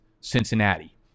cincinnati